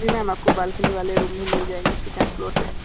जी ma'am आपको balcony वाले room भी मिल जाएंगे शैकेंड फ्लोर पर